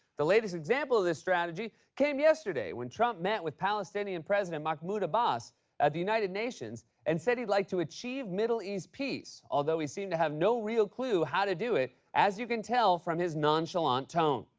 the latest example of this strategy came yesterday yesterday when trump met with palestinian president mahmoud abbas at the united nations and said he'd like to achieve middle east peace. although he seemed to have no real clue how to do it, as you can tell from his nonchalant tone.